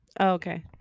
Okay